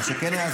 מה שכן היה,